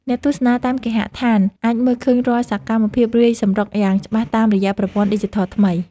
អ្នកទស្សនាតាមគេហដ្ឋានអាចមើលឃើញរាល់សកម្មភាពវាយសម្រុកយ៉ាងច្បាស់តាមរយៈប្រព័ន្ធឌីជីថលថ្មី។